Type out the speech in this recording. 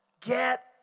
get